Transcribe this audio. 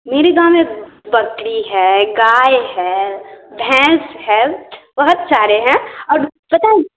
मेरे गाँव में बकरी है गाय है भैंस है बहुत सारे हैं और पता है